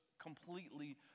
completely